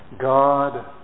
God